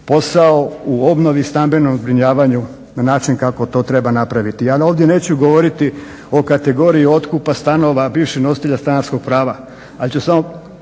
posao u obnovu stambenog zbrinjavanja na način kako to treba napraviti. Ali ja ovdje neću govoriti o kategoriji otkupa stanova bivših nositelja stanarskog prava, ali ću samo,